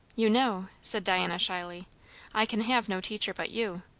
you know, said diana shyly i can have no teacher but you.